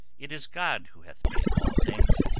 it is god who hath made all things.